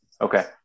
Okay